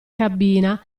cabina